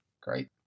Great